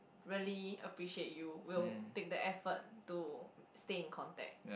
really appreciate you will take the effort to stay in contact